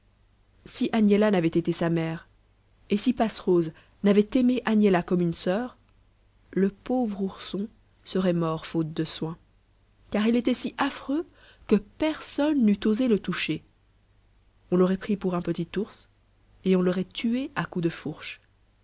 si agnella n'avait été sa mère et si passerose n'avait aimé agnella comme une soeur le pauvre ourson serait mort faute de soins car il était si affreux que personne n'eût osé le toucher on l'aurait pris pour un petit ours et on l'aurait tué à coups de fourche